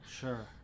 sure